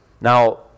Now